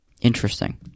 interesting